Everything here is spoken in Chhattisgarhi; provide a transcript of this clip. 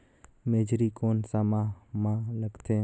मेझरी कोन सा माह मां लगथे